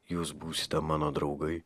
jūs būsite mano draugai